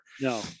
no